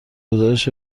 گزارش